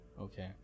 Okay